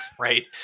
Right